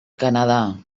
canadà